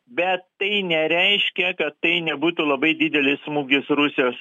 bet tai nereiškia kad tai nebūtų labai didelis smūgis rusijos